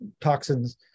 toxins